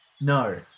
No